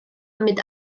mit